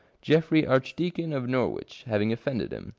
geoffry, archdeacon of norwich, having offended him,